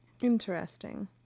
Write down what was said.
Interesting